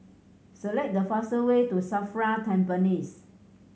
select the fastest way to SAFRA Tampines